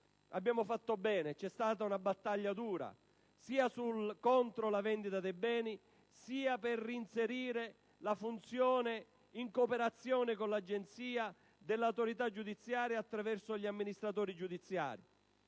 Abbiamo fatto bene, c'è stata una battaglia dura sia contro la vendita dei beni sia per reinserire la funzione, in cooperazione con l'Agenzia, dell'autorità giudiziaria attraverso gli amministratori giudiziari,